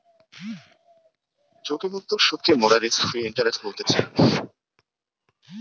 ঝুঁকিমুক্ত সুদকে মোরা রিস্ক ফ্রি ইন্টারেস্ট বলতেছি